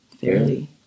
Fairly